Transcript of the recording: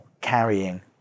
carrying